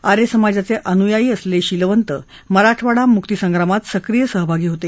आर्य समाजाचे अनुयायी असलेले शीलवंत मराठवाडा मुक्तिसंग्रामात सक्रीय सहभागी होते